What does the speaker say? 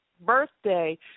birthday